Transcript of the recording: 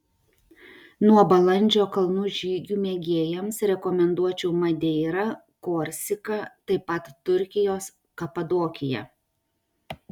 nuo balandžio kalnų žygių mėgėjams rekomenduočiau madeirą korsiką taip pat turkijos kapadokiją